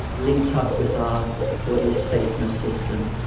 linked up with our body's safeness system.